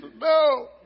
no